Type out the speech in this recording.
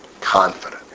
confident